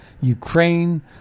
Ukraine